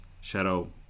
shadow